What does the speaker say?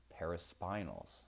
paraspinals